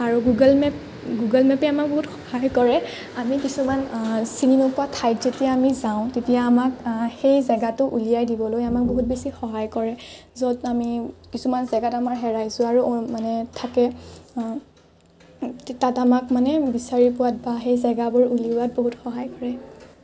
আৰু Google map Google মেপে আমাক বহুত সহায় কৰে আমি কিছুমান চিনি নোপোৱা ঠাইত যেতিয়া আমি যাওঁ তেতিয়া আমাক সেই জাগাটো উলিয়াই দিবলৈ আমাক বহুত বেছি সহায় কৰে য'ত আমি কিছুমান জাগাত আমি হেৰাই যোৱাৰো মানে থাকে তাত আমাক মানে বিচাৰি পোৱাত বা সেই জাগাবোৰ উলিওৱাত বহুত সহায় কৰে